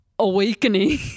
awakening